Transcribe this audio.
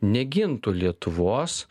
negintų lietuvos